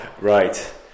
Right